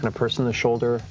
and purse in the shoulder,